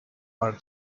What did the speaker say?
are